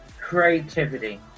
creativity